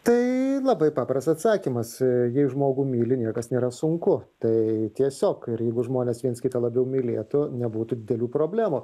tai labai paprastas atsakymas jei žmogų myli niekas nėra sunku tai tiesiog ir jeigu žmonės viens kitą labiau mylėtų nebūtų didelių problemų